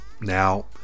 Now